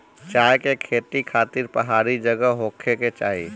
चाय के खेती खातिर पहाड़ी जगह होखे के चाही